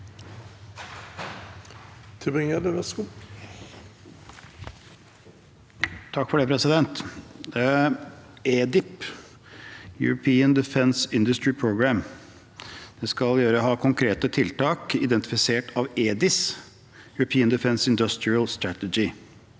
skal ha konkrete tiltak identifisert av EDIS, European Defence Industrial Strategy.